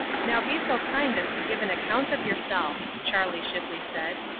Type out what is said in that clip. now be so kind as to give an account of yourself, charlie shipley said,